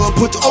put